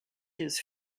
his